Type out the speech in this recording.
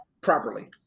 properly